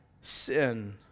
sin